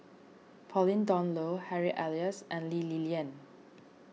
Pauline Dawn Loh Harry Elias and Lee Li Lian